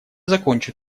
закончу